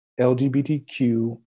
LGBTQ